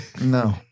No